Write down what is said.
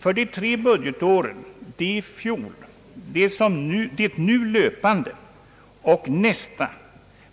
För tre budgetår, det föregående, det nu löpande och nästa,